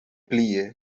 plie